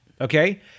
Okay